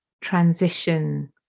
transition